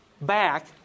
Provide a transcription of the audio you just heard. back